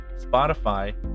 Spotify